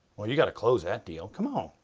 well, you gotta close that deal come on,